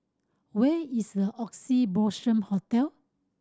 where is Oxley Blossom Hotel